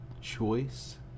choice